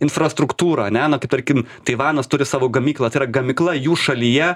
infrastruktūra ane na tai tarkim taivanas turi savo gamyklą tai yra gamykla jų šalyje